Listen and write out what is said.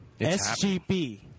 SGP